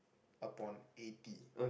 upon eighty